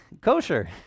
kosher